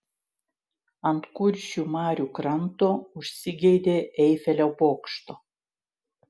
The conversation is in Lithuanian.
ant kuršių marių kranto užsigeidė eifelio bokšto